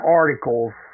articles